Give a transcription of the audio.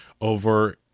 Over